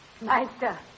Meister